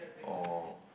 oh